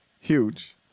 Huge